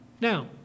Now